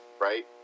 right